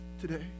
today